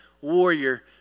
Warrior